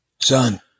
Son